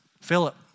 Philip